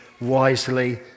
wisely